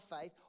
faith